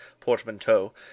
portmanteau